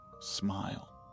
smile